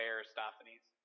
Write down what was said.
Aristophanes